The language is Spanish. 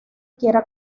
quiera